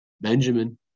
Benjamin